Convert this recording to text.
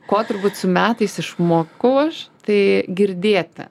ko turbūt su metais išmokau aš tai girdėti